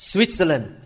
Switzerland